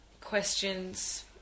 questions